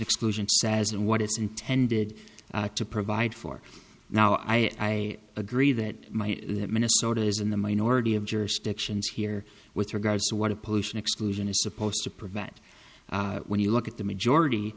exclusion says and what it's intended to provide for now i agree that that minnesota is in the minority of jurisdictions here with regards to what a pollution exclusion is supposed to prevent when you look at the majority